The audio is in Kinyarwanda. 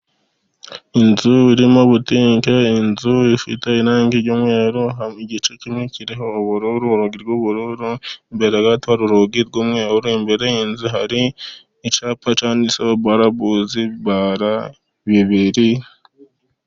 Inzu irimo butike, inzu ifite irangi ry'umweru, igice kimwe kiriho urugi rw'ubururu, imbere gato urugi umweru, imbere y'inzu hari icyapa cyanditseho "barabus bara bibiri".